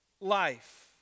life